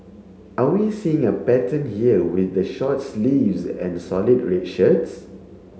are we seeing a pattern here with the short sleeves and solid red shirts